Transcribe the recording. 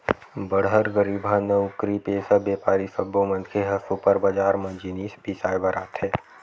बड़हर, गरीबहा, नउकरीपेसा, बेपारी सब्बो मनखे ह सुपर बजार म जिनिस बिसाए बर आथे